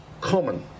common